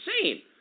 insane